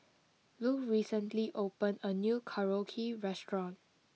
Lu recently opened a new Korokke restaurant